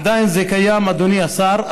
עדיין זה קיים, אדוני השר.